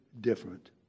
different